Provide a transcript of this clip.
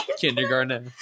kindergarten